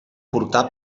portar